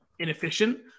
inefficient